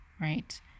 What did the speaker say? right